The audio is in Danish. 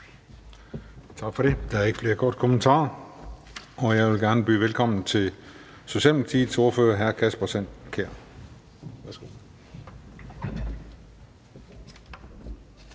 Tak for det. Det er ikke flere korte bemærkninger, og jeg vil gerne byde velkommen til Socialdemokratiets ordfører, hr. Kasper Sand Kjær.